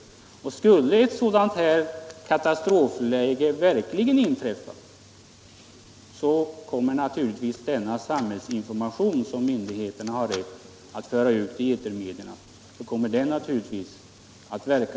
Skulle ott katastrofläge verkligen inträffa, kommer naturligtvis denna samhällsinformation, som myndigheterna har rätt att föra ut i etermedia, att verka.